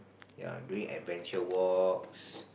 yea doing adventure walks